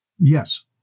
Yes